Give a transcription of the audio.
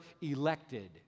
elected